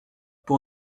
pour